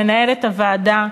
מנהלת הוועדה,